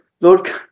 Lord